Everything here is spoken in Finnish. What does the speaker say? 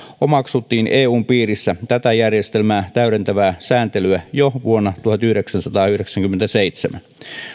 omaksuttiin eun piirissä tätä järjestelmää täydentävää sääntelyä jo vuonna tuhatyhdeksänsataayhdeksänkymmentäseitsemän